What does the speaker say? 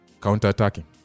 Counter-attacking